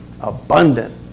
abundant